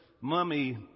mummy